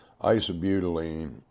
isobutylene